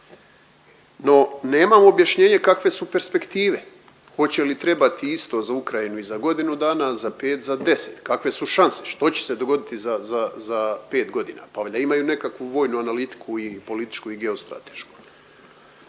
No nemam objašnjenje kakve su perspektive, hoće li trebati isto za Ukrajinu i za godinu dana, za 5, za 10, kakve su šanse, što će se dogoditi za, za, za 5 godina. Pa valjda imaju nekakvu vojnu analitiku i političku i geostratešku.